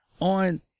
on